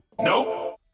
Nope